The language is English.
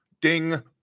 ding